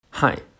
Hi